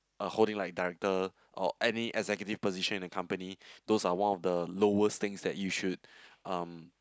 a holding like director or any executive position in a company those are one of the lowest things that you should um